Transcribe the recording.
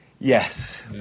yes